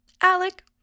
Alec